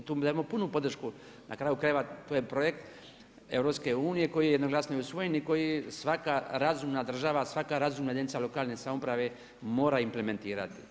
I tu dajemo punu podršku, na kraju krajeva to je projekt EU koji je jednoglasno usvojen i koji svaka razumna država, svaka razumna jedinica lokalne samouprave mora implementirati.